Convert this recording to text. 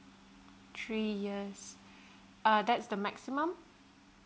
three years uh that's the maximum